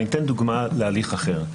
אני אתן דוגמה להליך אחר.